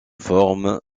forme